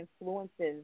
influences